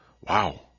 Wow